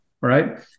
right